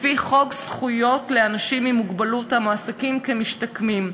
לפי חוק זכויות לאנשים עם מוגבלות המועסקים כמשתקמים.